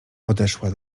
podeszła